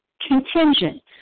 contingent